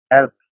help